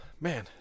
man